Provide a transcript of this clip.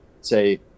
say